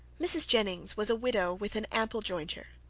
mrs. jennings was a widow with an ample jointure.